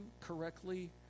correctly